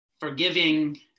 forgiving